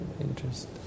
Interest